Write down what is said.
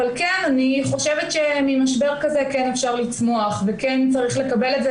אבל כן אני חושבת שממשבר כזה כן אפשר לצמוח וכן צריך לקבל את זה,